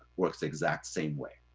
works the exact same way.